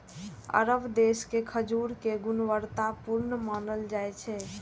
अरब देश के खजूर कें गुणवत्ता पूर्ण मानल जाइ छै